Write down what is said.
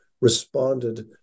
responded